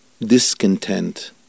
discontent